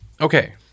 Okay